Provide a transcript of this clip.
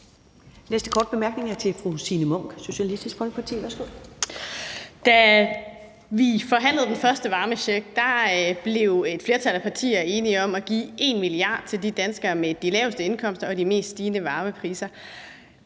Da vi forhandlede den første varmecheck, blev et flertal af partier enige om at give 1 mia. kr. til de danskere med de laveste indkomster og de mest stigende varmepriser.